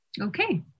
Okay